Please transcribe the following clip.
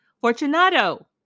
Fortunato